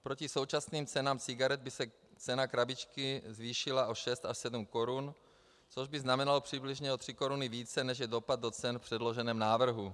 Proti současným cenám cigaret by se cena krabičky zvýšila o šest a sedm korun, což by znamenalo přibližně o tři koruny více, než je dopad do cen v předloženém návrhu.